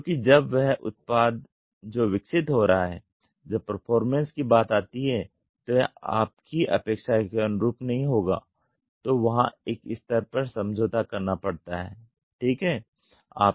क्योंकि जब वह उत्पाद जो विकसित हो रहा है जब परफॉरमेंस की बात आती है तो यह आपकी अपेक्षा के अनुरूप नहीं होगा तो वहाँ एक स्तर पर समझौता करना पड़ता हैं ठीक हैं